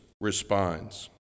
responds